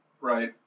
Right